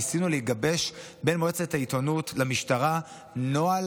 וניסינו לגבש בין מועצת העיתונות למשטרה נוהל